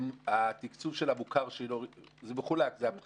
זה מחולק: פטורים,